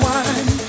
one